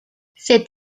cet